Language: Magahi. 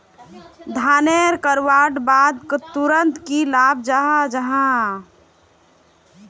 धानेर कटवार बाद तुरंत की लगा जाहा जाहा?